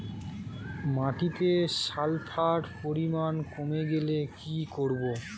মাটিতে সালফার পরিমাণ কমে গেলে কি করব?